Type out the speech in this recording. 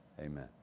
amen